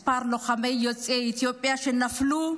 מספר הלוחמים יוצאי אתיופיה שנפלו הוא